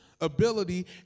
ability